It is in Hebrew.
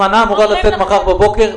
ההזמנה אמורה לצאת מחר בבוקר.